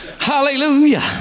Hallelujah